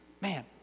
man